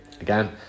again